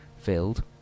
filled